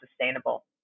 sustainable